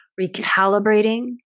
recalibrating